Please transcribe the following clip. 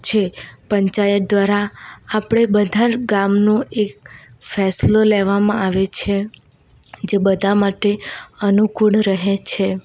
છે પંચાયત દ્વારા આપણે બધા ગામનો એક ફેંસલો લેવામાં આવે છે જે બધા માટે અનુકૂળ રહે છે